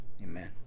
Amen